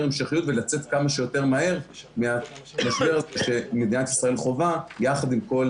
המשכיות ולצאת כמה שיותר מהר מהמשבר שמדינת ישראל חווה יחד עם כל,